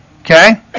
okay